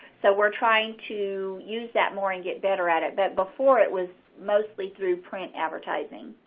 so we're trying to use that more and get better at it, but before, it was mostly through print advertising.